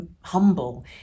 humble